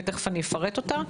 ותכף אני אפרט אותה,